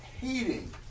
hating